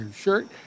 shirt